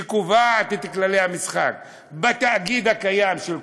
שקובעת את כללי המשחק בתאגיד הקיים של קובלנץ,